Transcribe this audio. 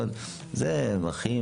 אבל שם יש רופאים,